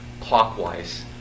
clockwise